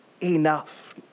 enough